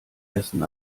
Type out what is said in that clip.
ersten